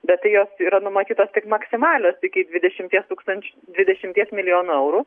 bet tai jos yra numatytos tik maksimalios iki dvidešimties tūkstanč dvidešimties milijonų eurų